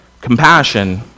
Compassion